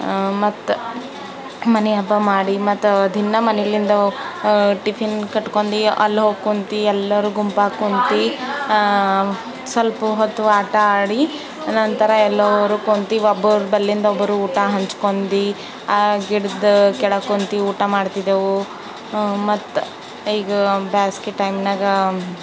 ಮತ್ತೆ ಮಎ ಹಬ್ಬ ಮಾಡಿ ಮತ್ತೆ ದಿನಾ ಮನೆಲಿಂದ ಟಿಫಿನ್ ಕಟ್ಕೊಂಡು ಅಲ್ಲಿ ಹೋಗಿ ಕುಂತು ಎಲ್ಲರು ಗುಂಪಾಗಿ ಕುಂತು ಸಲ್ಪ ಹೊತ್ತು ಆಟ ಆಡಿ ನಂತರ ಎಲ್ಲೋರು ಕುಂತು ಒಬ್ಬರು ಬಲ್ಲಿಂದ ಒಬ್ಬರು ಊಟ ಹಂಚ್ಕೊಂಡು ಆ ಗಿಡದ ಕೆಳಗೆ ಕುಂತು ಊಟ ಮಾಡ್ತಿದ್ದೆವು ಮತ್ತೆ ಈಗ ಬ್ಯಾಸಿಗೆ ಟೈಮ್ನಾಗ